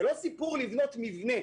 זה לא סיפור לבנות מבנה